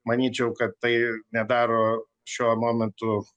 manyčiau kad tai nedaro šiuo momentu